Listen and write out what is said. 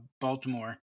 Baltimore